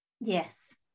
Yes